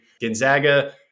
Gonzaga